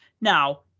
now